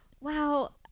wow